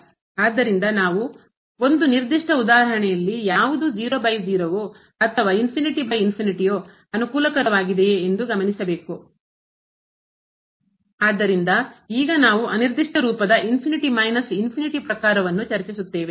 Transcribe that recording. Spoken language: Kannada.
ಆದ್ದರಿಂದ ನಾವು ಒಂದು ನಿರ್ದಿಷ್ಟ ಉದಾಹರಣೆಯಲ್ಲಿ ಯಾವುದು 00 ಯೋ ಅಥವಾ ಯೋ ಅನುಕೂಲಕರವಾಗಿದೆಯೆ ಎಂದು ಗಮನಿಸಬೇಕು ಆದ್ದರಿಂದ ಈಗ ನಾವು ಅನಿರ್ದಿಷ್ಟ ರೂಪದ ಪ್ರಕಾರವನ್ನು ಚರ್ಚಿಸುತ್ತೇವೆ